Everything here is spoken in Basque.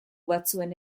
batzuen